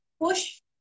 push